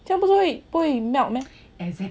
这样不是会会 melt meh